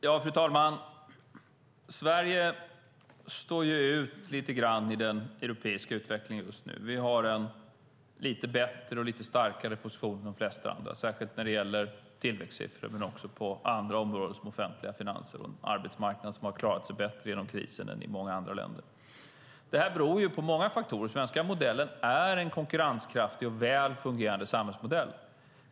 Fru talman! Sverige står ju ut lite grann i den europeiska utvecklingen just nu. Vi har en lite bättre och lite starkare position än de flesta andra, speciellt när det gäller tillväxtsiffrorna men också på andra områden, till exempel de offentliga finanserna och en arbetsmarknad som har klarat sig bättre genom krisen än arbetsmarknaden i många andra länder. Det här beror på många faktorer. Den svenska modellen är en konkurrenskraftig och väl fungerande samhällsmodell.